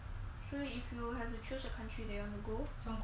so if you have to choose a country that you want to go